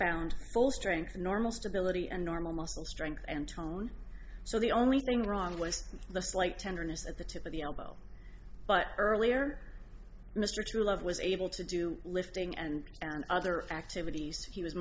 found full strength normal stability and normal muscle strength and tone so the only thing wrong was the slight tenderness at the tip of the elbow but earlier mr truelove was able to do lifting and other activities he was